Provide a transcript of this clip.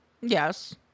Yes